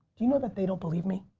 do you know that they don't believe me?